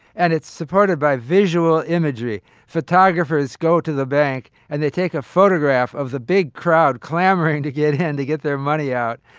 and it's supported by visual imagery. photographers go to the bank, and they take a photograph of the big crowd clamoring to get in to get their money out.